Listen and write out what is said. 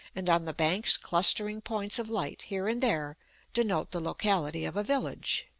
and on the banks clustering points of light here and there denote the locality of a village.